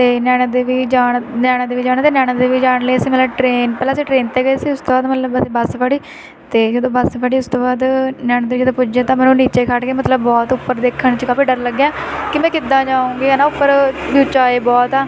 ਅਤੇ ਨੈਣਾ ਦੇਵੀ ਜਾਣ ਨੈਣਾ ਦੇਵੀ ਜਾਣਾ ਅਤੇ ਨੈਣਾ ਦੇਵੀ ਜਾਣ ਲਈ ਅਸੀਂ ਮਤਲਬ ਟ੍ਰੇਨ ਪਹਿਲਾਂ ਅਸੀਂ ਟ੍ਰੇਨ 'ਤੇ ਗਏ ਸੀ ਉਸ ਤੋਂ ਬਾਅਦ ਅਸੀਂ ਮਤਲਬ ਬੱਸ ਫੜੀ ਅਤੇ ਜਦੋਂ ਬਸ ਫੜੀ ਉਸ ਤੋਂ ਬਾਅਦ ਨੈਣਾ ਦੇਵੀ ਜਦੋਂ ਪੁੱਜੇ ਤਾਂ ਮੈਨੂੰ ਨੀਚੇ ਖੜ੍ਹ ਕੇ ਮਤਲਬ ਬਹੁਤ ਉੱਪਰ ਦੇਖਣ 'ਚ ਕਾਫੀ ਡਰ ਲੱਗਿਆ ਕਿ ਮੈਂ ਕਿੱਦਾਂ ਜਾਉਂਗੀ ਹੈ ਨਾ ਉੱਪਰ ਉਚਾਈ ਬਹੁਤ ਆ